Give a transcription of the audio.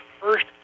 first